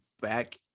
back